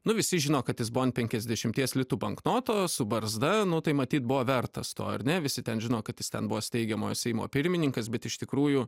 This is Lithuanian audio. nu visi žino kad jis buvo ant penkiasdešimties litų banknotos su barzda nu tai matyt buvo vertas to ar ne visi ten žino kad jis ten buvo steigiamojo seimo pirmininkas bet iš tikrųjų